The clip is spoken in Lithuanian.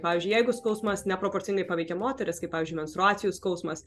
pavyzdžiui jeigu skausmas neproporcingai paveikia moteris kaip pavyzdžiui menstruacijų skausmas